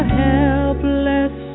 helpless